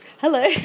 Hello